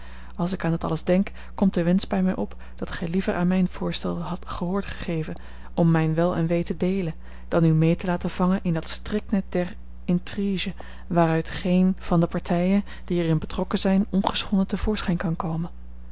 als ik aan dat alles denk komt de wensch bij mij op dat gij liever aan mijn voorstel haddet gehoor gegeven om mijn wel en wee te deelen dan u mee te laten vangen in dat striknet der intrigue waaruit geen van de partijen die er in betrokken zijn ongeschonden te voorschijn kan komen